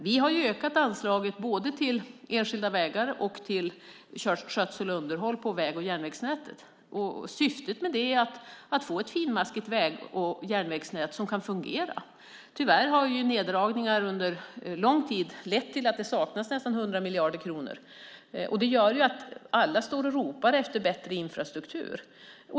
Vi har ökat anslaget både till enskilda vägar och till skötsel och underhåll av väg och järnvägsnätet. Syftet med det är att få ett finmaskigt väg och järnvägsnät som kan fungera. Tyvärr har neddragningar under lång tid lett till att det saknas nästan 100 miljarder kronor. Det gör att alla står och ropar efter bättre infrastruktur.